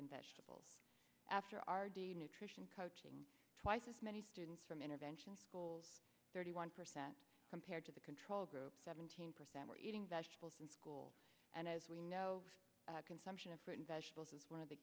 and vegetables after r d nutrition coaching twice as many students from intervention schools thirty one percent compared to the control group seventeen percent were eating vegetables in school and as we know consumption of fruit and vegetables is one of the